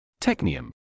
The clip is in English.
Technium